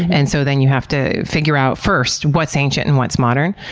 and so then you have to figure out first what's ancient and what's modern.